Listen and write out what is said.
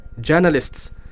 journalists